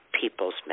people's